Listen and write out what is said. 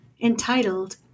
entitled